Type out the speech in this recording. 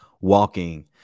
walking